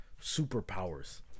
superpowers